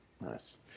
Nice